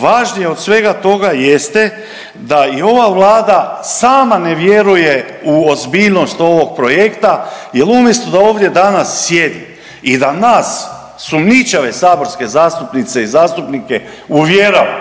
važnije od svega toga jeste da i ova Vlada sama ne vjeruje u ozbiljnost ovog projekta jer umjesto da ovdje danas sjedi i da nas sumnjičave saborske zastupnice i zastupnike uvjerava